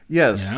yes